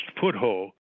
foothold